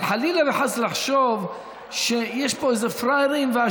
אבל חלילה וחס לחשוב שיש פה איזה פראיירים.